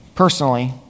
Personally